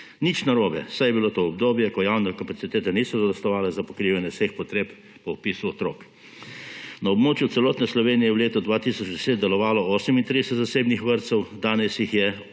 Nič narobe, saj je bilo to obdobje, ko javne kapacitete niso zadostovale za pokrivanje vseh potreb po vpisu otrok. Na območju celotne Slovenije v letu 2010 delovalo 38 zasebnih vrtcev, danes jih je